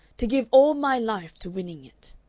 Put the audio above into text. to give all my life to winning it.